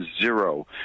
Zero